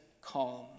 calm